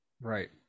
right